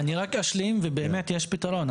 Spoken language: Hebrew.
אני רק אשלים ובאמת יש פתרון,